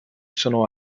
sono